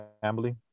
family